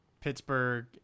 pittsburgh